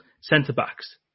centre-backs